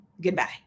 Goodbye